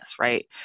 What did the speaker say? right